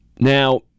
Now